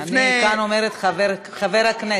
אני כאן אומרת "חבר הכנסת".